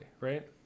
right